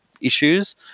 issues